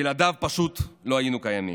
שבלעדיו פשוט לא היינו קיימים.